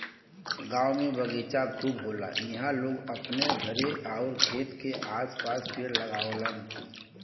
गांव में बगीचा खूब होला इहां लोग अपने घरे आउर खेत के आस पास पेड़ लगावलन